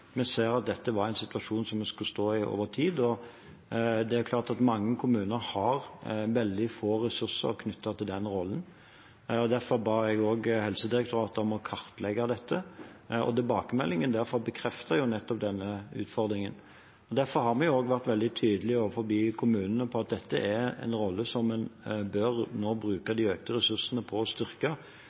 vi så at dette var en situasjon vi skulle stå i over tid. Det er klart at mange kommuner har veldig få ressurser knyttet til den rollen. Derfor ba jeg Helsedirektoratet om å kartlegge dette, og tilbakemeldingen derfra bekrefter nettopp denne utfordringen. Derfor har vi også vært veldig tydelige overfor kommunene på at dette er en rolle som de nå bør bruke de økte ressursene på å styrke,